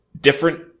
different